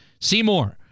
Seymour